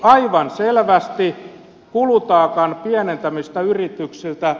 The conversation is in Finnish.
esitin aivan selvästi kulutaakan pienentämistä yrityksiltä